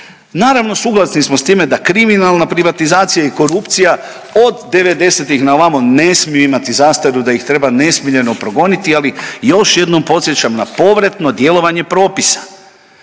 Naravno suglasni smo sa time da kriminalna privatizacija i korupcija od devedesetih na ovamo ne smiju imati zastaru, da ih treba nesmiljeno progoniti, ali još jednom podsjećam na povratno djelovanje propisa.